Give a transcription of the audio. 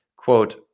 quote